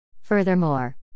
Furthermore